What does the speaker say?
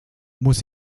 muss